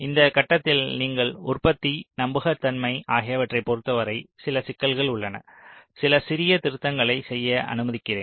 இந்த கட்டத்தில் நீங்கள் உற்பத்தி நம்பகத்தன்மை ஆகியவற்றைப் பொறுத்தவரை சில சிக்கல்கள் உள்ளன சில சிறிய திருத்தங்களைச் செய்ய அனுமதிக்கிறேன்